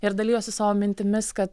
ir dalijosi savo mintimis kad